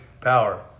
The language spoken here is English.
power